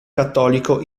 cattolico